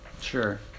Sure